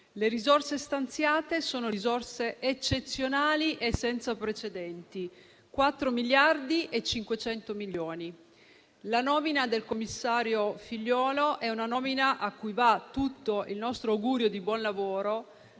Le risorse stanziate sono eccezionali e senza precedenti, pari a 4 miliardi e 500 milioni. La nomina del commissario Figliuolo, cui va tutto il nostro augurio di buon lavoro,